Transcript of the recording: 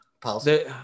policy